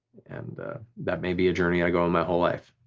and that may be a journey i go on my whole life,